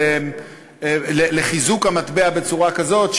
של חיזוק המטבע בצורה כזאת,